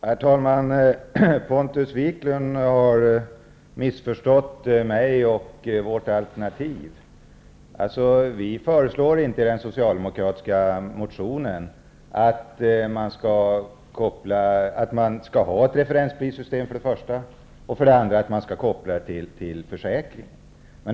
Herr talman! Pontus Wiklund har missförstått mig och vårt alternativ. I den socialdemokratiska motionen föreslår vi inte att man skall ha ett referensprissystem eller att man skall koppla det till försäkringen.